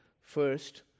First